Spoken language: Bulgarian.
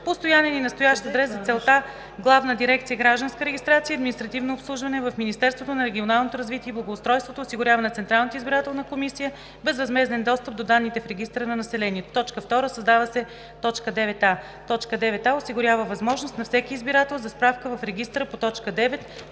постоянен и настоящ адрес; за целта Главна дирекция „Гражданска регистрация и административно обслужване“ в Министерството на регионалното развитие и благоустройството осигурява на Централната избирателна комисия безвъзмезден достъп до данните в регистъра на населението;“. 2. Създава се т. 9а: „9а. осигурява възможност на всеки избирател за справка в регистъра по т. 9